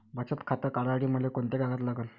बचत खातं काढासाठी मले कोंते कागद लागन?